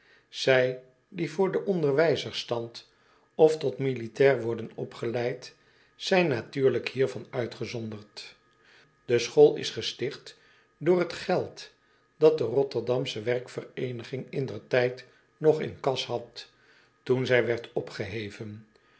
zij die voor den onderwijzersstand of tot militair worden opgeleid zijn natuurlijk hiervan uitgezonderd de school is gesticht voor het geld dat de r o t t e r d a m s c h e we r k v e r e e n i g i n g indertijd nog in kas had toen zij werd opgeheven